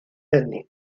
anne